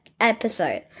episode